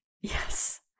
Yes